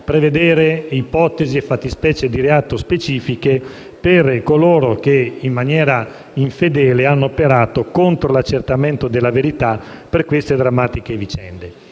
prevedere ipotesi e fattispecie di reato specifiche per coloro che in maniera infedele hanno operato contro l'accertamento della verità per queste drammatiche vicende.